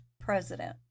president